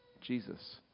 Jesus